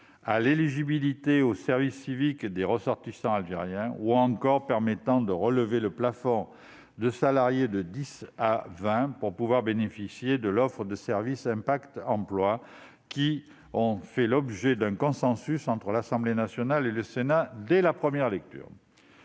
à l'éligibilité au service civique des ressortissants algériens ou encore permettant de relever de dix à vingt le plafond de salariés pour pouvoir bénéficier de l'offre de service « impact emploi ». Ces dispositions ont fait l'objet d'un consensus entre l'Assemblée nationale et le Sénat dès la première lecture.